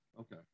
Okay